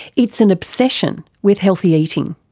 it's an obsession with healthy eating.